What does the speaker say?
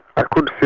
i could